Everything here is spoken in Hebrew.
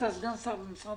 אתה סגן שר במשרד